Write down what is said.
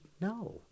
no